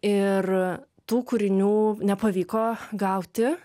ir tų kūrinių nepavyko gauti